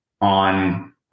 on